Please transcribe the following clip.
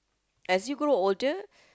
as you grow older